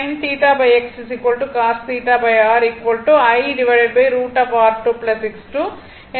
எனவே sin θX cos θR 1√R2 X2